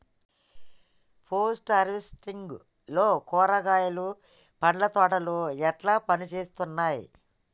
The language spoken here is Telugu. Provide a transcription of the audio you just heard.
పోస్ట్ హార్వెస్టింగ్ లో కూరగాయలు పండ్ల తోటలు ఎట్లా పనిచేత్తనయ్?